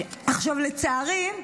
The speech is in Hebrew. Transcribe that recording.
לצערי,